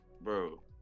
bro